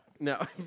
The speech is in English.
No